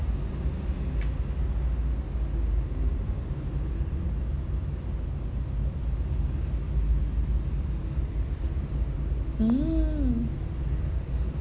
mm